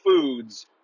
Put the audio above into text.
foods